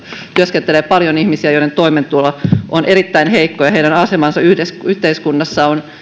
työskentelee paljon ihmisiä joiden toimeentulo on erittäin heikko ja heidän asemansa yhteiskunnassa on